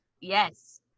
yes